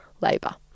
labour